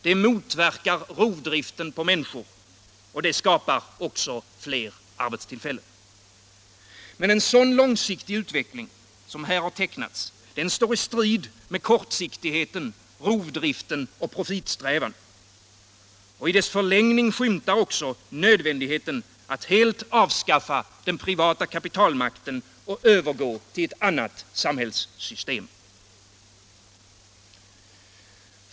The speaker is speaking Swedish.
Det motverkar rovdriften på människor och det skapar fler arbetstillfällen. En långsiktig utveckling som den här har tecknats står i strid med kortsiktigheten, rovdriften och profitsträvan. I dess förlängning skymtar också nödvändigheten av att helt avskaffa den privata kapitalmakten och övergå till ett annat samhällssystem.